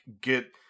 get